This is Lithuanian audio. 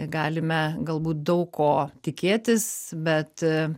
galime galbūt daug ko tikėtis bet